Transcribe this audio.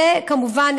וכמובן,